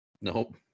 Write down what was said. Nope